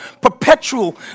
perpetual